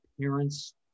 parents